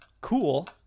cool